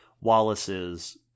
Wallace's